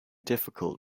difficult